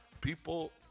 people